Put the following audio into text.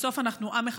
בסוף אנחנו עם אחד,